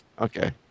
Okay